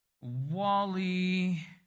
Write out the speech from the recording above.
Wally